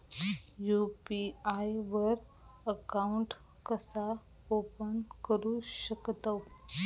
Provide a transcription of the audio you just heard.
UPI वर account कसा open करू शकतव?